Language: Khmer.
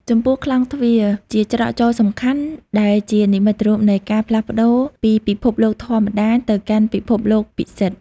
ចំពោះក្លោងទ្វារ ជាច្រកចូលសំខាន់ ដែលជានិមិត្តរូបនៃការផ្លាស់ប្តូរពីពិភពលោកធម្មតាទៅកាន់ពិភពលោកពិសិដ្ឋ។